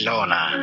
Lorna